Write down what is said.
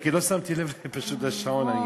אה, נכון, את צודקת, פשוט לא שמתי לב לשעון.